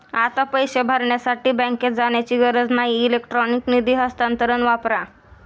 आता पैसे भरण्यासाठी बँकेत जाण्याची गरज नाही इलेक्ट्रॉनिक निधी हस्तांतरण वापरा